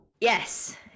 Yes